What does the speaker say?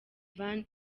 van